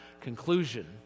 conclusion